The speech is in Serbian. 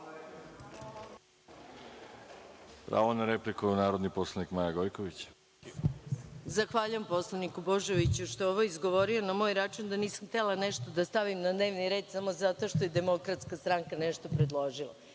Zahvaljujem poslaniku Božoviću što je ovo izgovorio na moj račun da nisam htela nešto da stavim na dnevni red samo zato što je DS nešto predložila.